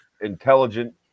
intelligent